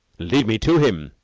lead me to him,